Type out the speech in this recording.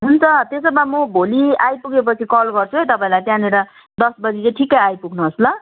हुन्छ त्यसो भए म भोलि आइपुगेपछि कल गर्छु है तपाईँलाई त्यहाँनिर दस बजी चाहिँ ठिक आइपुग्नु होस् ल